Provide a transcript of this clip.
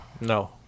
No